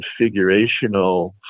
configurational